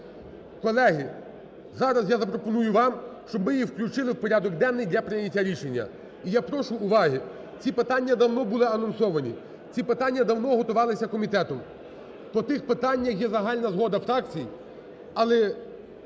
Колеги, зараз я запропоную вам, щоб ви їх включили в порядок денний для прийняття рішення і я прошу уваги. Ці питання давно були анонсовані, ці питання давно готувалися комітетом. По тих питаннях є загальна згода фракції, але